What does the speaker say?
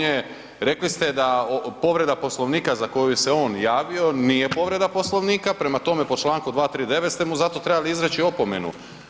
Rekli ste da povreda Poslovnika za koju se on javio nije povreda Poslovnika, prema tome po članku 239. ste mu za to trebali izreći opomenu.